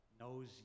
knows